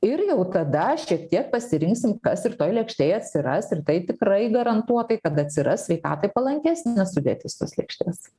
ir jau tada šiek tiek pasirinksim kas ir toj lėkštėj atsiras ir tai tikrai garantuotai kad atsiras sveikatai palankesnė sudėtis tos lėkštės